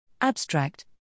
Abstract